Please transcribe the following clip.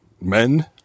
Men